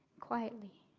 quietly.